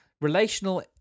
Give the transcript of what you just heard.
Relational